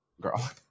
Girl